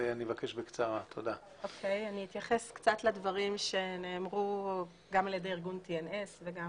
אני אתייחס לדברים שנאמרו גם על ידי ארגון CNS וגם